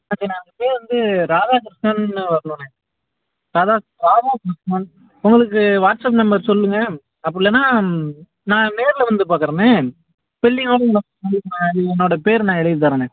ஆ சரிண்ண பேர் வந்து இராதாகிருஷ்ணன்னு வரணுண்ணே இராதா இராதாகிருஷ்ணன் உங்களுக்கு வாட்ஸப் நம்பர் சொல்லுங்கள் அப்புடி இல்லைன்னா நான் நேரில் வந்து பார்க்குறேண்ணே ஸ்பெல்லிங்கோடய என்னோடய பேர் நான் எழுதித் தர்றேண்ணே